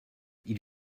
ils